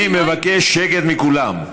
אני מבקש שקט מכולם.